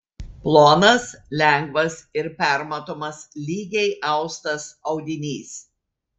plonas lengvas ir permatomas lygiai austas audinys